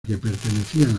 pertenecían